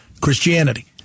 Christianity